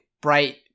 bright